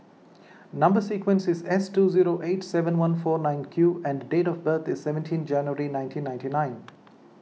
Number Sequence is S two zero eight seven one four nine Q and date of birth is seventeen January nineteen ninety nine